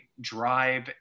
drive